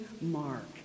mark